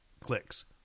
clicks